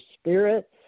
spirit